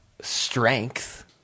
strength